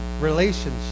relationship